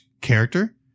character